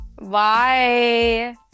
Bye